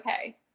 okay